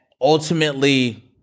ultimately